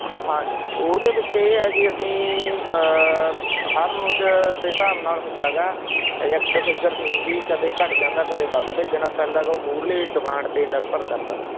ਹਾਂਜੀ ਉਹਦੇ ਵਿੱਚ ਇਹ ਹੈ ਜੀ ਅਸੀਂ ਹਰ ਰੋਜ਼ ਦੇ ਹਿਸਾਬ ਨਾਲ ਹੁੰਦਾ ਹੈਗਾ ਇਜੈਕਟ ਫਿਗਰ ਨਹੀਂ ਹੁੰਦੀ ਕਦੇ ਘੱਟ ਜਾਂਦਾ ਕਦੇ ਵੱਧ ਭੇਜਣਾ ਪੈਂਦਾ ਗਾ ਉਹ ਮੂਹਰਲੀ ਡਿਮਾਂਡ 'ਤੇ ਨਿਰਭਰ ਕਰਦਾ ਗਾ